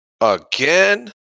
Again